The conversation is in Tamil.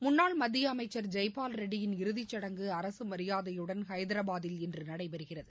முன்னாள் மத்தியஅமைச்சர் ஜெய்பால் ரெட்டியின் இறுதிச்சடங்கு அரசுமரியாதையுடன் ஹைதராபாதில் இன்றுநடைபெறுகிறது